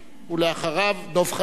ואחריו, דב חנין.